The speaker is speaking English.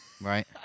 Right